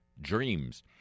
dreams